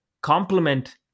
complement